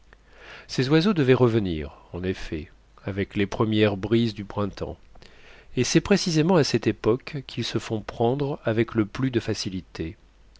ces oiseaux devaient revenir en effet avec les premières brises du printemps et c'est précisément à cette époque qu'ils se font prendre avec le plus de facilité